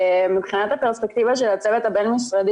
מבחינת הפרספקטיבה של הצוות הבין משרדי